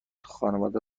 خانواده